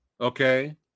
okay